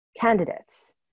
candidates